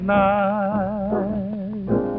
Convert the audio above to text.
night